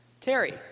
Terry